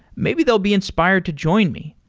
maybe they'll be inspired to join me,